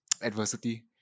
adversity